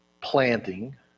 planting